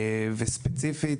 וספציפית,